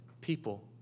people